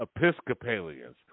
Episcopalians